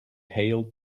hailed